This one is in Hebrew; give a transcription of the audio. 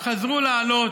חזרו לעלות,